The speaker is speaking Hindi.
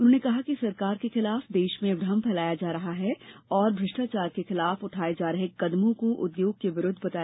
उन्होंने कहा कि सरकार के खिलाफ देश में भ्रम फैलाया जा रहा है और भ्रष्टाचार के खिलाफ उठाए जा रहे कदमों को उद्योग के विरुद्ध बताया जा रहा है